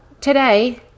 today